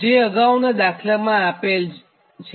જે અગાઉનાં દાખલામાં આપણે જોયા છે